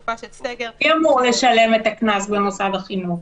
תקופה של סגר --- מי אמור לשלם את הקנס במוסד החינוך?